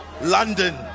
London